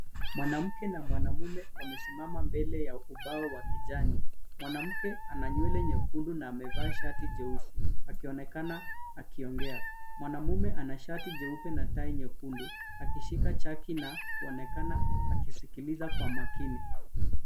Mwanamke na mwanaume wamesimama mbele ya ubao wa kijani. Mwanamke ana nywele nyekundu na amevaa shati jeusi akionekana akiongea. Mwanaume ana shati jeupe na tai nyekundu akishika chaki na wonekana akisikiliza kwa makini.